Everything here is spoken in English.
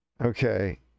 Okay